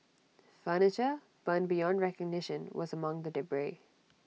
furniture burned beyond recognition was among the debris